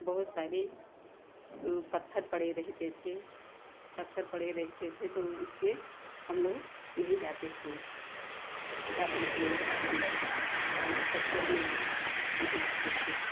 बहुत सारे पत्थर पड़े रहते थे पत्थर पड़े रहते थे तो उसमें हम लोग नहीं जाते थे ज़्यादा अंदर और पत्थर में नहीं जाते थे